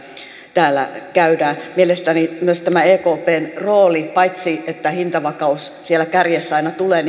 täällä käydään mielestäni myös tämä ekpn rooli paitsi että hintavakaus siellä kärjessä aina tulee